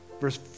verse